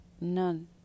None